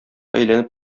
әйләнеп